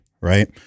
right